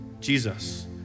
Jesus